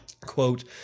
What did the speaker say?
Quote